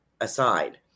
aside